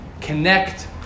connect